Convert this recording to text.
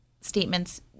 statements